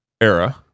era